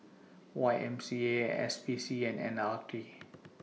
Y M C A S P C and L R T